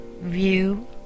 view